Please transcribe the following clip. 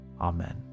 Amen